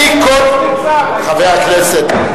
חברי הכנסת,